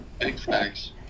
Thanks